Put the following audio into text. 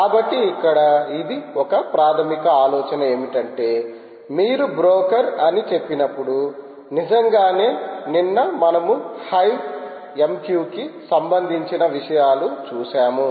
కాబట్టి ఇక్కడ ఇది ఒక ప్రాథమిక ఆలోచన ఏమిటంటే మీరు బ్రోకర్ అని చెప్పినప్పుడు నిజంగానే నిన్న మనము హైవే MQ కి సంబంధించిన విషయాలు చూశాము